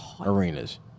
arenas